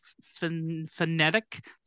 phonetic